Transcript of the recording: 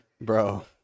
bro